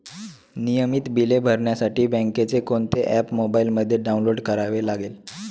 नियमित बिले भरण्यासाठी बँकेचे कोणते ऍप मोबाइलमध्ये डाऊनलोड करावे लागेल?